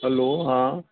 हलो हा